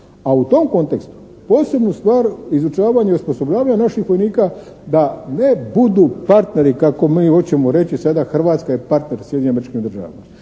a u tom kontekstu posebnu stvar izučavanja i osposobljavanja naših vojnika da ne budu partneri kako mi hoćemo reći sada Hrvatska je partner Sjedinjenim Američkim Državama,